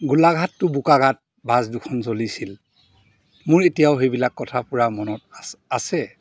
গোলাঘাট টো বোকাঘাট বাছ দুখন চলিছিল মোৰ এতিয়াও সেইবিলাক কথা পূৰা মনত আছে